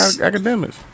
Academics